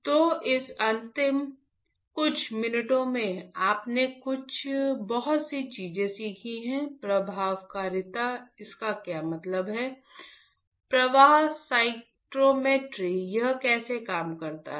तो इस अंतिम कुछ मिनटों में आपने बहुत सी चीजें सीखी हैं प्रभावकारिता इसका क्या मतलब है प्रवाह साइटोमेट्री यह कैसे काम करता है